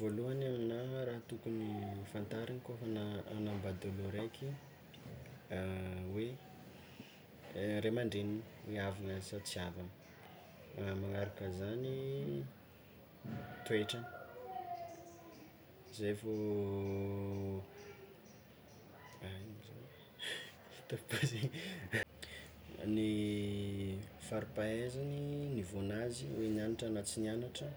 Voalohany aminah raha tokony fantariny koa fa na- hanambady olo araiky hoe e ray aman-dreniny hoe havana sa tsy havana, magnaraka zany toetrany zay vao ino moa zany ataovy pause, ny faripahaizany, niveaun'azy hoe niagnatra sa tsy niagnatra,